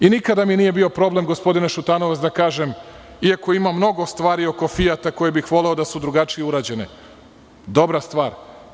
Nikada mi nije bio problem, gospodine Šutanovac, da kažem, iako ima mnogo stvari oko „Fijata“ koje bih voleo da su drugačije urađene, dobra stvar.